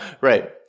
Right